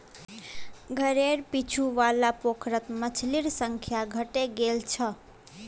घरेर पीछू वाला पोखरत मछलिर संख्या घटे गेल छ